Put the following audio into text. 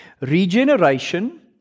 Regeneration